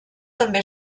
també